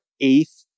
eighth